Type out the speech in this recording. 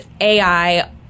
AI